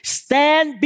stand